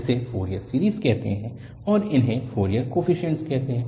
इसे Fourier series कहते हैं और इन्हें फ़ोरियर कोफीशिएंट कहते हैं